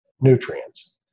nutrients